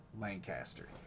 Lancaster